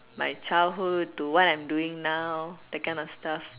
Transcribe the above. my childhood to what I'm doing now that kind of stuffs